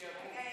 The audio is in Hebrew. שיקום.